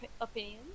opinions